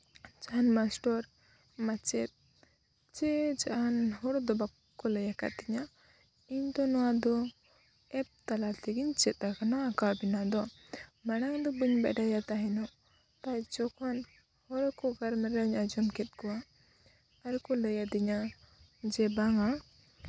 ᱡᱟᱦᱟᱱ ᱢᱟᱥᱴᱚᱨ ᱢᱟᱪᱮᱫ ᱪᱮ ᱡᱟᱦᱟᱱ ᱦᱚᱲ ᱫᱚ ᱵᱟᱠᱚ ᱞᱟᱹᱭ ᱟᱠᱟ ᱫᱤᱧᱟ ᱤᱧ ᱫᱚ ᱱᱚᱣᱟ ᱫᱚ ᱮᱯ ᱛᱟᱞᱟ ᱛᱮᱜᱤᱧ ᱪᱮᱫ ᱠᱟᱱᱟ ᱟᱸᱠᱟᱣ ᱵᱮᱱᱟᱣ ᱫᱚ ᱢᱟᱲᱟᱝ ᱫᱚ ᱵᱟᱹᱧ ᱵᱟᱰᱟᱭᱟ ᱛᱟᱦᱮᱱᱚᱜ ᱱᱮᱛᱟᱨ ᱡᱚᱠᱷᱚᱱ ᱦᱚᱲ ᱠᱚ ᱜᱟᱞᱢᱟᱨᱟᱣ ᱤᱧ ᱟᱸᱡᱚᱢ ᱠᱮᱜ ᱠᱚᱣᱟ ᱟᱨ ᱠᱚ ᱞᱟᱹᱭ ᱟᱹᱫᱤᱧᱟ ᱡᱮ ᱵᱟᱝᱟ